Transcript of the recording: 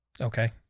okay